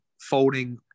folding